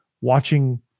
watching